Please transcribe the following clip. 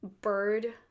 bird